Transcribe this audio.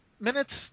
minutes